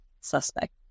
suspect